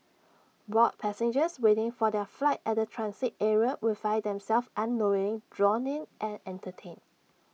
bored passengers waiting for their flight at the transit area would find themselves unknowingly drawn in and entertained